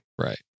Right